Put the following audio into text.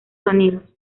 sonidos